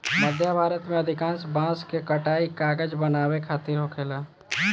मध्य भारत में अधिकांश बांस के कटाई कागज बनावे खातिर होखेला